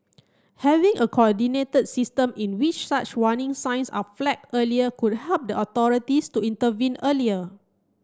having a coordinated system in which such warning signs are flagged earlier could help the authorities to intervene earlier